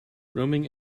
roaming